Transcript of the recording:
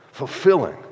Fulfilling